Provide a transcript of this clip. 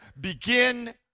Begin